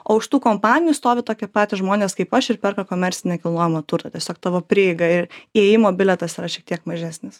o už tų kompanijų stovi tokie patys žmonės kaip aš ir perka komercinį nekilnojamą turtą tiesiog tavo prieiga įėjimo bilietas yra šiek tiek mažesnis